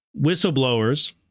Whistleblowers